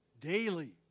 daily